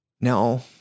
No